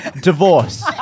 Divorce